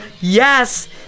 Yes